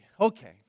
okay